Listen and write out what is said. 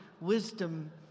wisdom